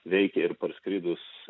veikia ir parskridus